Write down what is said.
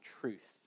truth